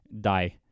die